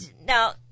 Now